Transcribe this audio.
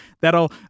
That'll